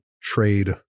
trade